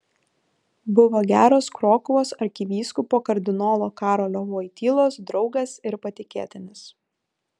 buvo geras krokuvos arkivyskupo kardinolo karolio vojtylos draugas ir patikėtinis